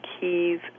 keys